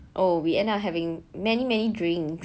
oh we end up many many drinks